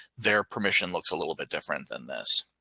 their permission looks a little bit different than this.